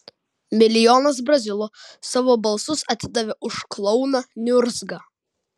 milijonas brazilų savo balsus atidavė už klouną niurzgą